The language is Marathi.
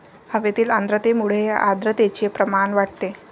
हवेतील आर्द्रतेमुळे आर्द्रतेचे प्रमाण वाढते